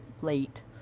late